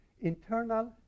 Internal